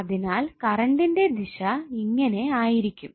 അതിനാൽ കറണ്ടിന്റെ ദിശ ഇങ്ങനെ ആയിരിക്കും